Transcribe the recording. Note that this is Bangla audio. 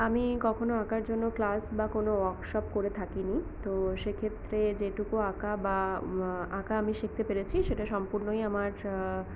আমি কখনও আঁকার জন্য ক্লাস বা কোনো ওয়র্কশপ করে থাকি নি তো সেক্ষেত্রে যেটুকু আঁকা বা আঁকা আমি শিখতে পেরেছি সেটা সম্পূর্ণই আমার